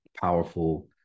powerful